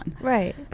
right